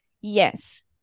Yes